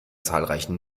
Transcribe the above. zahlreichen